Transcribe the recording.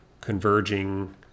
converging